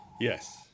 Yes